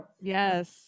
Yes